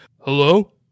Hello